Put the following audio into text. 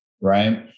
right